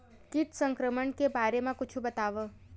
कीट संक्रमण के बारे म कुछु बतावव?